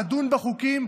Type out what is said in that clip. נדון בחוקים,